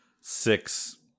six